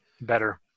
better